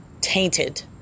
tainted